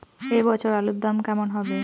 এ বছর আলুর দাম কেমন হবে?